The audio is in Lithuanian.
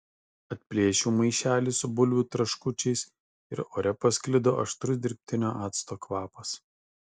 atplėšiau maišelį su bulvių traškučiais ir ore pasklido aštrus dirbtinio acto kvapas